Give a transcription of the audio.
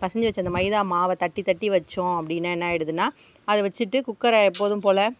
பிசைஞ்சி வைச்ச அந்த மைதா மாவை தட்டி தட்டி வைச்சோம் அப்படினா என்னாகிடுதுனா அது வச்சுட்டு குக்கரை எப்போதும் போல்